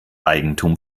eigentum